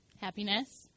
Happiness